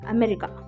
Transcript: America